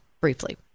briefly